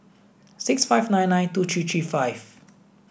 six five nine nine two three three five